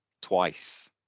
twice